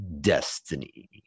destiny